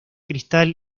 cristal